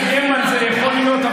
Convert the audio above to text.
חברת הכנסת גרמן, זה יכול להיות.